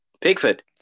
Pickford